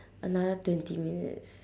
another twenty minutes